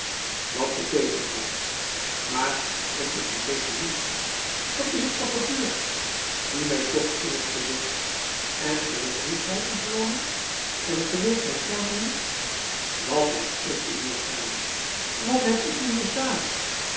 wat beteekent dat maar t is een revolutie wat is er toch gebeurd zie mij toch in t gezicht en ge wilt niet bij ons wonen en ge wilt mijn kamer niet wat heb ik u misdaan wat heb ik u misdaan